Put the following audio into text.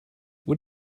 what